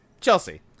Chelsea